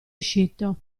uscito